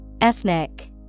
Ethnic